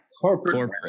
corporate